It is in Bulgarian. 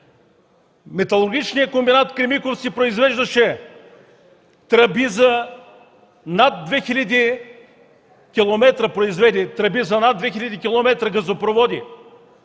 Металургичният комбинат „Кремиковци” произвеждаше тръби за над 2 хил. км газопроводи.